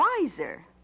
wiser